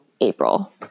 April